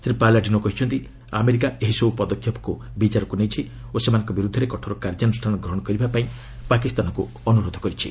Shri Palladino କହିଛନ୍ତି America ଏହିସବୁ ପଦକ୍ଷେପକୁ ବିଚାରକୁ ନେଇ ସେମାନଙ୍କ ବିରୁଦ୍ଧରେ କଠୋର କାର୍ଯ୍ୟାନୁଷ୍ଠାନ ଗ୍ରହଣ କରିବା ପାଇଁ ପାକିସ୍ତାନକୁ ଅନୁରୋଧ କରିଛନ୍ତି